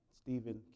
Stephen